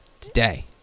today